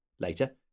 later